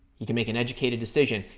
you can make an educated decision.